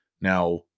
Now